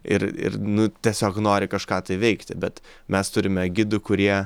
ir ir nu tiesiog nori kažką tai veikti bet mes turime gidų kurie